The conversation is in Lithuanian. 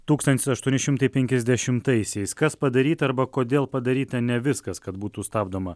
tūkstantis aštuoni šimtai penkiasdešimtaisiais kas padaryta arba kodėl padaryta ne viskas kad būtų stabdoma